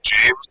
James